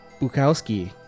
Bukowski